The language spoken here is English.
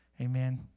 Amen